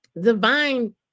divine